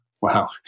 Wow